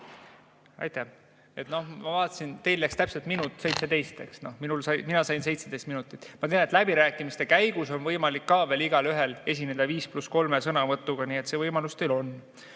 Aitäh! Ma vaatasin, et teil läks täpselt 1 minut ja 17 [sekundit], eks. Mina sain 17 minutit. Ma tean, et läbirääkimiste käigus on võimalik veel igalühel esineda 5 + 3 sõnavõtuga, nii et see võimalus teil on.